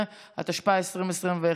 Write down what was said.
19), התשפ"א 2021,